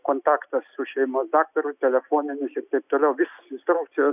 kontaktas su šeimos daktaru telefoninis ir taip toliau visos instrukcijos